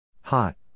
Hot